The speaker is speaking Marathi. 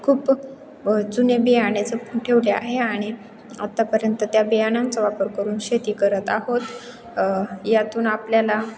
खूप जुने बियाणे जपून ठेवले आहे आणि आत्तापर्यंत त्या बियाणांचा वापर करून शेती करत आहोत यातून आपल्याला